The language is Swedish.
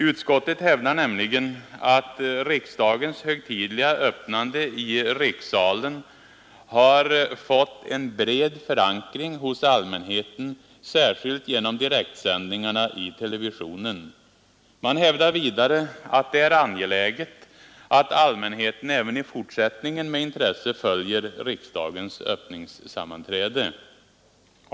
Utskottet hävdar nämligen att riksdagens ”högtidliga öppnande i rikssalen har fått en bred förankring hos allmänheten, särskilt genom direktsändningarna i televisionen”. Utskottet hävdar vidare att det är ”angeläget att allmänheten även i fortsättningen med intresse följer riksdagens öppningssammanträde”.